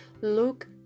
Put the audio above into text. look